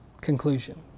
conclusion